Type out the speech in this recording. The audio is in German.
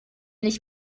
nicht